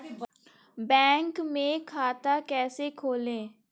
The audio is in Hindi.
बैंक में खाता कैसे खोलें?